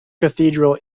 cathedral